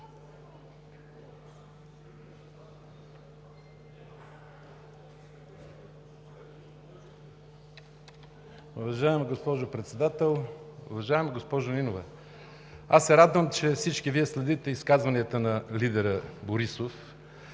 Уважаема госпожо Председател! Уважаема госпожо Нинова, радвам се, че всички Вие следите изказванията на лидера Борисов.